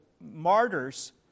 martyrs